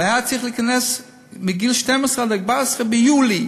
וזה היה צריך להיכנס מגיל 12 14 ביולי,